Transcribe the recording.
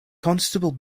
constable